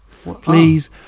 please